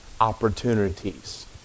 opportunities